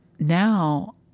Now